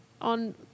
on